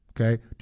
Okay